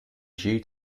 due